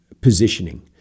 positioning